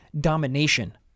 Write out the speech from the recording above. domination